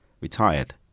Retired